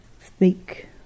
speak